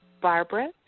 Barbara